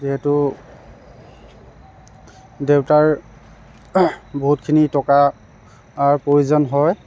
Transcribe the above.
যিহেতু দেউতাৰ বহুতখিনি টকা আৰ প্ৰয়োজন হয়